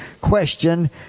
question